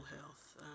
health